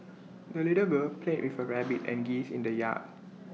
the little girl played with her rabbit and geese in the yard